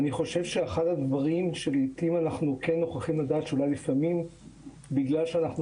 אני חושב שאחד הדברים שלעיתים אנחנו כן נוכחים לדעת זה שבגלל שאנחנו